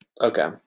Okay